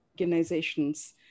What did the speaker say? organizations